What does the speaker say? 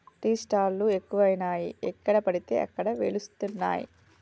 tea stall లు ఎక్కువయినాయి ఎక్కడ పడితే అక్కడ వెలుస్తానయ్